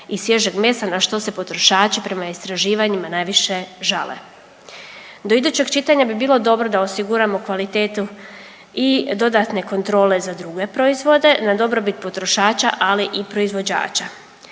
i svježeg mesa na što se potrošači prema istraživanjima najviše žale. Do idućeg čitanja bi bilo dobro da osiguramo kvalitetu i dodatne kontrole za druge proizvode na dobrobit potrošača, ali i proizvođača.